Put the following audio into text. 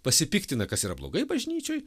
pasipiktina kas yra blogai bažnyčioj